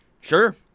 Sure